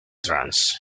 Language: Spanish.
trance